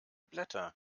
blätter